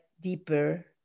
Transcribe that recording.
deeper